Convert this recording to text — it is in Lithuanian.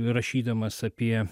rašydamas apie